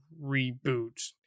reboot